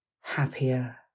Happier